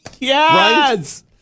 Yes